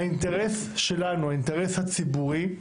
האינטרס שלנו, האינטרס הציבורי,